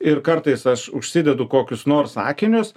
ir kartais aš užsidedu kokius nors akinius